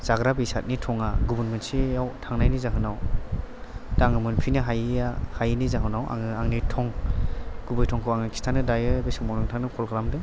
जाग्रा बेसादनि थङा गुबुन मोनसेयाव थांनायनि जाहोनाव दा आङो मोनफिनो हायैया हायिनि जाहोनाव आङाे आंनि थं गुबै थंखौ आङाे खिथानाे दायो बे समाव आं नाेंथांनो कल खालामदों